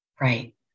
Right